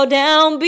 down